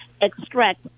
extract